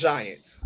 Giant